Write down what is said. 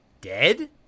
dead